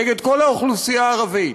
נגד כל האוכלוסייה הערבית,